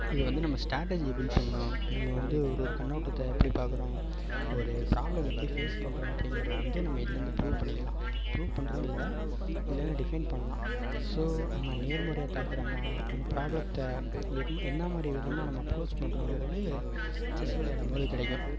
இது வந்து நம்ம ஸ்ட்ராட்டஜி பில்ட் பண்ணும் நம்ம வந்து ஒரு ஒரு கண்ணோட்டத்தை எப்படி பார்க்குறோம் ஒரு ப்ராப்ளம் எப்படி ஃபேஸ் பண்ணுறோம் அப்படிங்கிறத வந்து நம்ப இதுலருந்து ப்ரூஃப் பண்ணிக்கலாம் ப்ருஃப் பண்ணுறதுன்னு இல்லை இதுலருந்து டிஃபைன் பண்ணலாம் ஸோ நம்ப நேர்முறையாக தாக்குறோமா நம்ப ப்ராப்ளத்தை எப்பி என்ன மாதிரி விதமாக நம்ம அப்ரோஜ் பண்ணுறோங்கிறது செஸ் விளையாடும் போது கிடைக்கும்